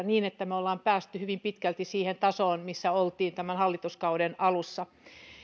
niin että me olemme päässeet hyvin pitkälti siihen tasoon missä oltiin tämän hallituskauden alussa